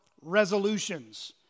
resolutions